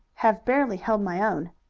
have barely held my own.